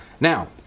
Now